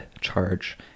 charge